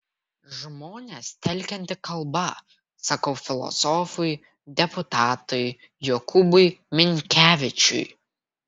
žmones telkianti kalba sakau filosofui deputatui jokūbui minkevičiui